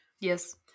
Yes